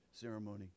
ceremony